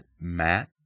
Matt